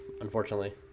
unfortunately